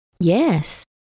yes